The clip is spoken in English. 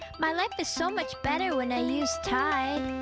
my life is so much better when i use tide.